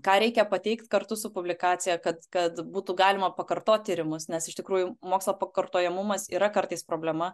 ką reikia pateikt kartu su publikacija kad kad būtų galima pakartot tyrimus nes iš tikrųjų mokslo pakartojamumas yra kartais problema